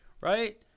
right